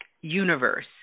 universe